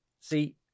see